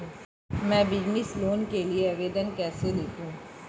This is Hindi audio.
मैं बिज़नेस लोन के लिए आवेदन कैसे लिखूँ?